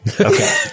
Okay